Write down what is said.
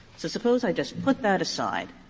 so suppose i just put that aside.